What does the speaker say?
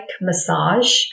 massage